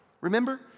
remember